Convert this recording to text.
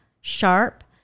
sharp